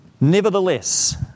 Nevertheless